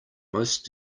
most